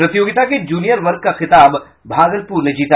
प्रतियोगिता के जूनियर वर्ग का खिताब भागलपुर ने जीता